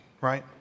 right